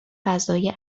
فضای